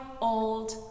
old